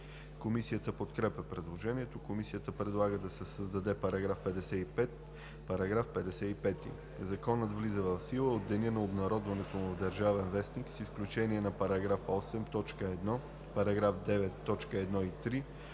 Комисията подкрепя предложението. Комисията предлага да се създаде § 55: „§ 55. Законът влиза в сила от деня на обнародването му в „Държавен вестник“ с изключение на § 8, т. 1, § 9, т. 1 и 3,